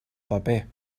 paper